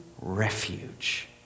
refuge